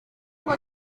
ngo